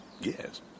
yes